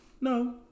No